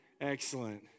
Excellent